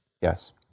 Yes